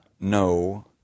no